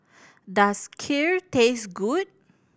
does Kheer taste good